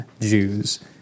Jews